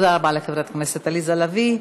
תודה רבה לחברת הכנסת עליזה לביא.